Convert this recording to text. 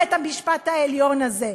בית-המשפט העליון הזה.